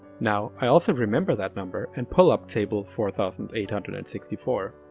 now, i also remember that number, and pull up table four thousand eight hundred and sixty four.